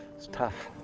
it's tough.